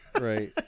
Right